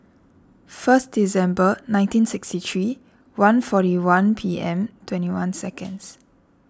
first December nineteen sixty three one forty one P M twenty one seconds